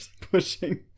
pushing